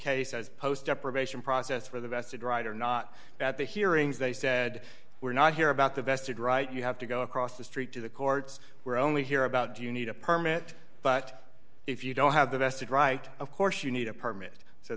case as post deprivation process for the vested right or not at the hearings they said we're not here about the vested right you have to go across the street to the courts where only here about do you need a permit but if you don't have the vested right of course you need a permit so